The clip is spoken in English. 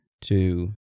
two